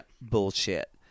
bullshit